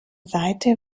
seite